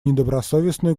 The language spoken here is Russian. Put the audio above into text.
недобросовестную